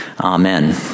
Amen